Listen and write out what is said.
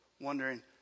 wondering